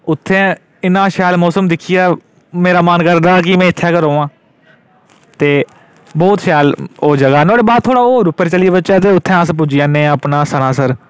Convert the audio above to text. उत्थै इन्ना शैल मौसम दिक्खियै मेरा मन करदा कि में इत्थै गै र'वां ते बहुत शैल जगह् नुहाड़े बाद थोहड़ा होर उप्पर चली जाह्चै ते उत्थै अस पुज्जी जन्ने अपना सनासर